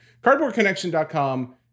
CardboardConnection.com